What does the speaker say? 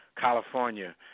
California